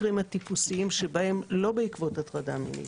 מהם המקרים הטיפוסיים לא בעקבות הטרדה מינית?